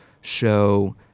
show